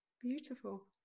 beautiful